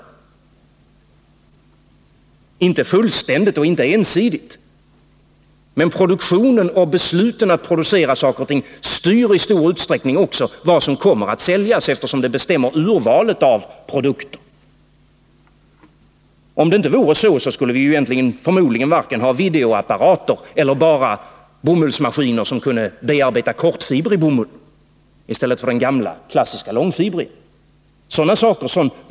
Det sker inte fullständigt eller ensidigt, men besluten att producera vissa saker styr i stor utsträckning vad som kommer att säljas, eftersom de bestämmer urvalet av produkter. Om det inte vore så, skulle vi förmodligen varken ha videoapparater eller bomullsmaskiner som kan bearbeta kortfibrig bomull i stället för den gamla klassiska långfibriga.